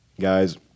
guys